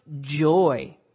joy